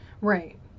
Right